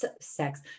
sex